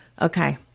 Okay